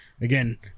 again